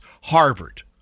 Harvard